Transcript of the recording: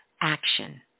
action